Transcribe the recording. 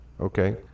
okay